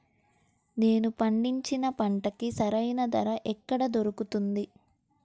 నేను పండించిన పంటకి సరైన ధర ఎక్కడ దొరుకుతుంది?